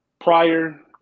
prior